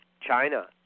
China